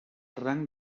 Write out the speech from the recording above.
rang